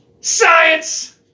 Science